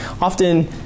often